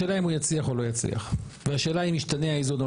השאלה אם הוא יצליח או לא יצליח והשאלה אם ישתנה האיזון או